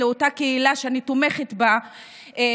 של אותה קהילה שאני תומכת בה,